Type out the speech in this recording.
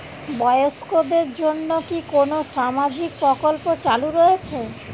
বয়স্কদের জন্য কি কোন সামাজিক প্রকল্প চালু রয়েছে?